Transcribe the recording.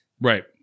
Right